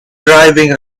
driving